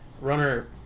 runner